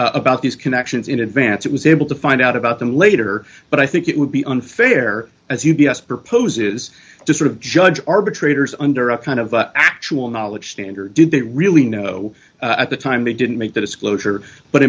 about these connections in advance it was able to find out about them later but i think it would be unfair as u b s proposes to sort of judged arbitrators under a kind of actual knowledge standard didn't really know at the time they didn't make the disclosure but